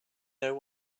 know